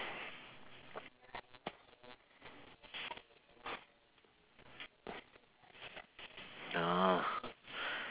ah